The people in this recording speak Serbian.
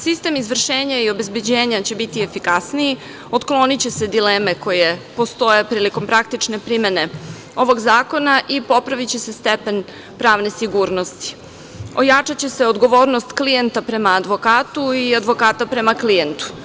Sistem izvršenja i obezbeđenja će biti efikasniji, otkloniće se dileme koje postoje prilikom praktične primene ovog zakona i popraviće se stepen pravne sigurnosti, ojačaće se odgovornost klijenta prema advokatu i advokata prema klijentu.